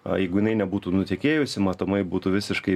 a jeigu jinai nebūtų nutekėjusi matomai būtų visiškai